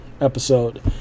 episode